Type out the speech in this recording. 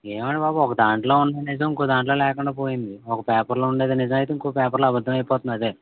ఏమో అండి బాబు ఒక దాంట్లో ఉన్న నిజం ఇంకో దాంట్లో లేకుండా పోయింది ఒక పేపర్లో ఉండేది నిజం అయితే ఇంకో పేపర్లో అబద్దం అయిపోతుంది అదే